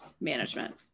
management